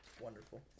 Wonderful